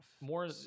More